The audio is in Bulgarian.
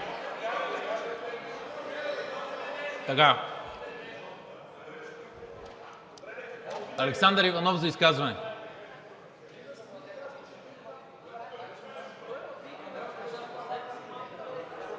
Александър Иванов – за изказване.